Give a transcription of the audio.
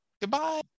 Goodbye